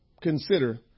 consider